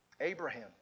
Abraham